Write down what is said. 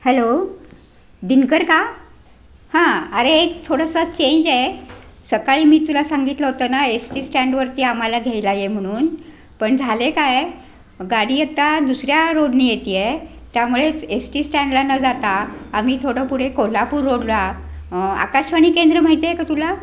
hello Dinkar का हां अरे एक थोडंसं चेंज आहे सकाळी मी तुला सांगितलं होतं ना येस टी स्टँडवरती आम्हाला घ्यायला ये म्हणून पण झालं आहे काय आहे गाडी आत्ता दुसऱ्या रोडने येते आहे त्यामुळेच येस टी स्टँडला न जाता आम्ही थोडं पुढे कोल्हापूर रोडला आकाशवाणी केंद्र माहिती आहे का तुला